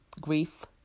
grief